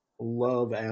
love